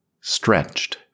stretched